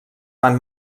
van